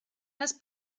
las